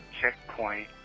checkpoint